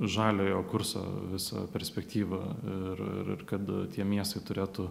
žaliojo kurso visa perspektyva ir ir kad tie miestai turėtų